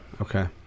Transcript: okay